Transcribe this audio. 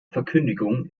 verkündigung